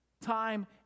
time